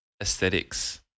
aesthetics